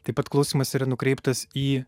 taip pat klausymas yra nukreiptas į